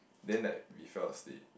then like we fell asleep